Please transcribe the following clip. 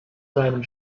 seinem